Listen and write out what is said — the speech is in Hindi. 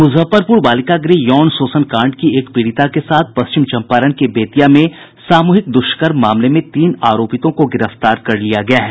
मुजफ्फरपुर बालिका गृह यौन शोषण कांड की एक पीड़िता के साथ पश्चिम चंपारण के बेतिया में सामूहिक द्रष्कर्म मामले में तीन आरोपितों को गिरफ्तार कर लिया गया है